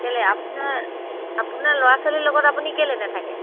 কেলে আপোনাৰ আপোনাৰ ল'ৰা ছোৱালীৰ লগত আপুনি কেলে নেথাকে